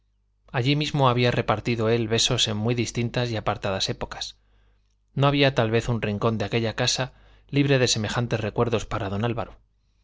allí mismo había repartido él besos en muy distintas y apartadas épocas no había tal vez un rincón de aquella casa libre de semejantes recuerdos para don álvaro